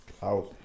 House